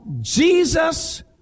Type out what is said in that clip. Jesus